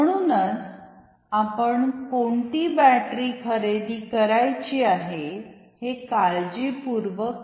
म्हणूनच आपण कोणती बॅटरी खरेदी करायची आहे हे आपण काळजीपुर्वक पहायाचे आहे